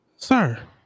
Sir